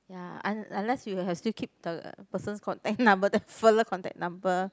ya un~ unless you have still keep the person's contact number the fella contact number